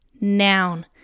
Noun